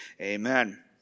amen